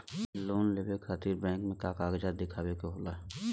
Loan लेवे खातिर bank मे का कागजात दिखावे के होला?